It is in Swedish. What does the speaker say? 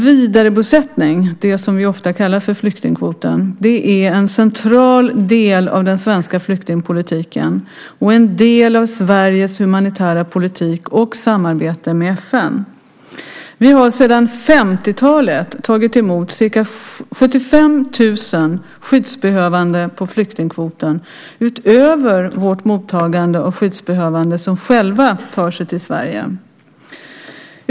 Vidarebosättning - det vi ofta kallar flyktingkvoten - är en central del av den svenska flyktingpolitiken och en del av Sveriges humanitära politik och samarbete med FN. Vi har sedan 1950-talet tagit emot ca 75 000 skyddsbehövande på flyktingkvoten, utöver vårt mottagande av skyddsbehövande som själva tar sig till Sverige.